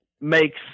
makes